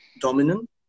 dominant